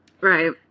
Right